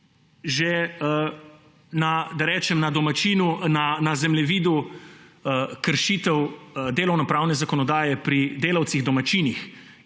Že na zemljevidu kršitev delovnopravne zakonodaje pri delavcih domačinih